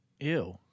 Ew